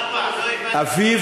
אביו